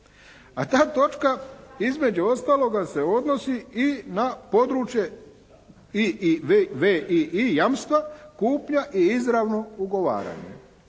A ta točka između ostaloga se odnosi i na područje i. i iv. jamstva kupnja i izravno ugovaranje.